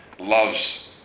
loves